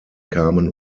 kamen